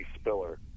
Spiller